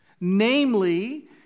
namely